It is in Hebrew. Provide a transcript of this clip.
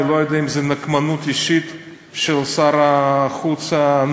אני לא יודע אם זו נקמנות אישית של שר החוץ הנוכחי,